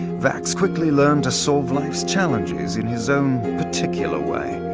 vax quickly learned to solve life's challenges in his own particular way,